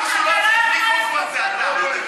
אם אף אחד לא אומר,